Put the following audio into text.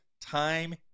time